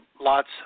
lots